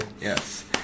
Yes